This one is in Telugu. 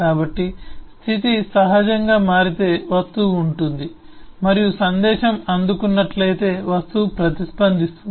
కాబట్టి స్థితి సహజంగా మారితే వస్తువు ఉంటుంది మరియు సందేశం అందుకున్నట్లయితే వస్తువు ప్రతిస్పందిస్తుంది